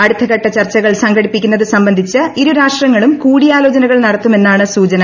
അടുത്ത ഘട്ട ചർച്ചകൾ സംഘടിപ്പിക്കുന്നത് സംബന്ധിച്ച് ഇരു രാഷ്ട്രങ്ങളും കൂടിയാലോചനകൾ നടത്തുമെന്നാണ് സൂചന